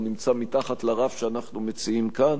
הוא נמצא מתחת לרף שאנחנו מציעים כאן,